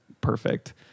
perfect